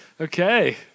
Okay